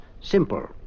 Simple